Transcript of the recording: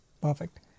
perfect